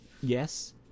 Yes